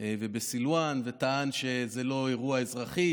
ובסילוואן וטען שזה לא אירוע אזרחי,